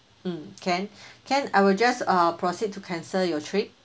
mm can can I will just uh proceed to cancel your trip